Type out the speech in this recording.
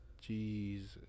Jesus